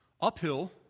uphill